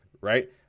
right